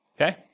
okay